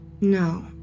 No